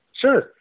Sure